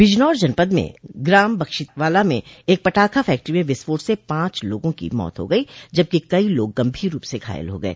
बिजनौर जनपद में ग्राम बक्शीवाला में एक पटाख फैक्ट्री में विस्फोट से पांच लोगों की मौत हो गई जबकि कई लोग गंभीर रूप से घायल हो गये